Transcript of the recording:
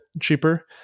cheaper